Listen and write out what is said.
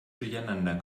durcheinander